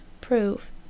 proof